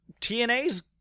TNA's